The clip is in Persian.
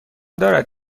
دارد